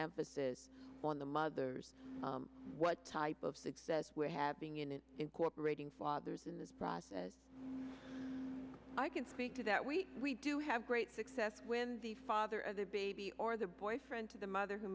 emphasis on the mothers what type of success we're having in incorporating fathers in this process i can speak to that we we do have great success when the father of the baby or the boyfriend to the mother who